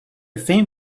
faint